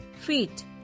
feet